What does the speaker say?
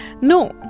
No